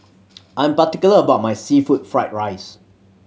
I am particular about my seafood fried rice